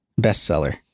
Bestseller